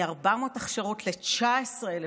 מ-400 הכשרות ל-19,000,